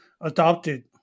adopted